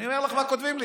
אני אומר לך מה כותבים לי.